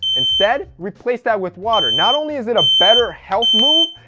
instead replace that with water. not only is it a better health move,